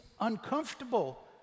uncomfortable